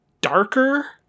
darker